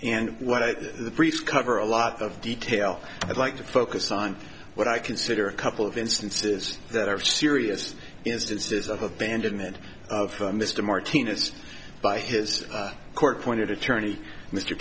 think the breach cover a lot of detail i'd like to focus on what i consider a couple of instances that are serious instances of abandonment of mr martinez by his court appointed attorney mr